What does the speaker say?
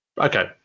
Okay